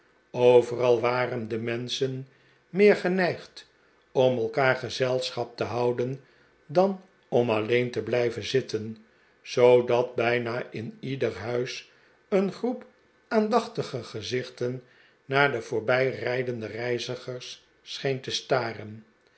qveral waren de menschen meer geneigd om elkaar gezelschap te houden dan om alleen te blijven zitten zoodat bijna in ieder huis een groep aandachtige gezichten naar de voorbijrijdende reizigers scheen te staren